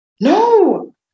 No